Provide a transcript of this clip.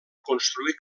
construir